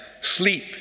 Sleep